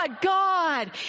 God